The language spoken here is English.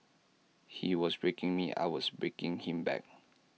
he was breaking me I was breaking him back